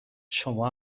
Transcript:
شما